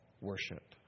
worship